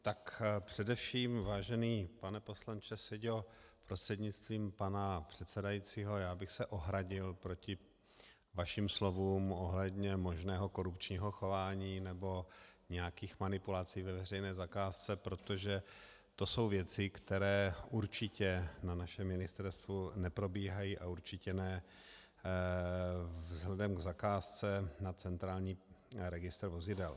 Tak především, vážený pane poslanče Seďo prostřednictvím pana předsedajícího, bych se ohradil proti vašim slovům ohledně možného korupčního chování nebo nějakých manipulací ve veřejné zakázce, protože to jsou věci, které určitě na našem ministerstvu neprobíhají a určitě ne vzhledem k zakázce na centrální registr vozidel.